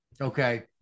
Okay